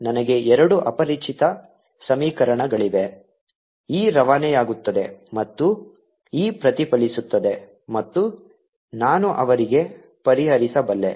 ನನಗೆ ಎರಡು ಅಪರಿಚಿತ ಸಮೀಕರಣಗಳಿವೆ e ರವಾನೆಯಾಗುತ್ತದೆ ಮತ್ತು e ಪ್ರತಿಫಲಿಸುತ್ತದೆ ಮತ್ತು ನಾನು ಅವರಿಗೆ ಪರಿಹರಿಸಬಲ್ಲೆ